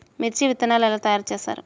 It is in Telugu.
మిర్చి విత్తనాలు ఎలా తయారు చేస్తారు?